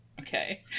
Okay